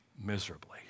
miserably